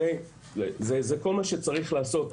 זה כל מה שצריך לעשות.